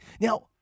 Now